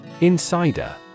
Insider